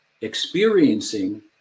experiencing